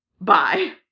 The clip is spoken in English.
Bye